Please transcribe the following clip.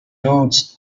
routes